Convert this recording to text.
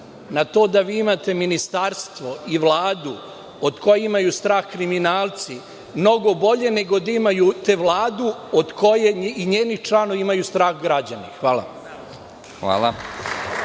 na to da vi imate ministarstvo i Vladu od koje imaju strah kriminalci mnogo bolja nego da imate Vladu od koje i njeni članovi imaju strah i građani. Hvala.